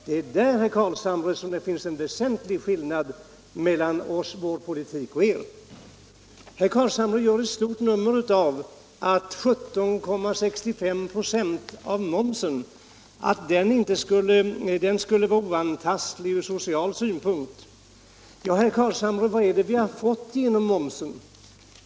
Där finns, herr Carlshamre, en väsentlig skillnad mellan vår politik och er. Herr Carlshamre gör ett stort nummer av att en moms på 17,65 96 skulle vara oantastlig ur social synpunkt. Ja, herr Carlshamre, vad är det vi har fått genom momsen?